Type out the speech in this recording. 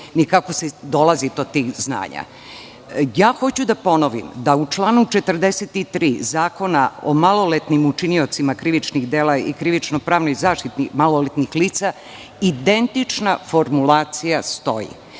ni kako se dolazi do tih znanja. Hoću da ponovim da u članu 43. zakona o maloletnim učiniocima krivičnih dela i krivično-pravnoj zaštiti maloletnih lica identična formulacija stoji.